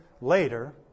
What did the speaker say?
later